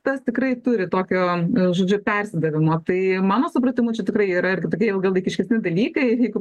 tas tikrai turi tokio žodžiu persidavimo tai mano supratimu čia tikrai yra irgi tokie ilgalaikiškesni dalykai jeigu